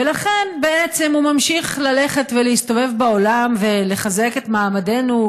ולכן בעצם הוא ממשיך ללכת ולהסתובב בעולם ולחזק את מעמדנו,